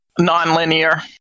nonlinear